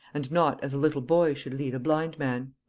and not as a little boy should lead a blind man